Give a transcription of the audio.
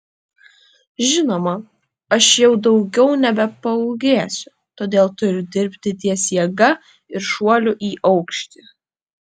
žinoma aš jau daugiau nebepaūgėsiu todėl turiu dirbti ties jėga ir šuoliu į aukštį